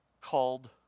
called